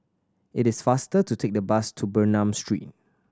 it is faster to take the bus to Bernam Street